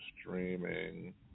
streaming